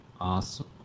Awesome